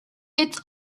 its